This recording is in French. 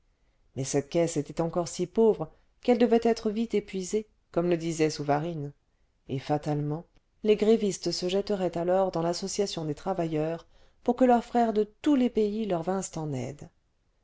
mais cette caisse était encore si pauvre qu'elle devait être vite épuisée comme le disait souvarine et fatalement les grévistes se jetteraient alors dans l'association des travailleurs pour que leurs frères de tous les pays leur vinssent en aide